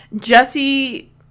Jesse